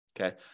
okay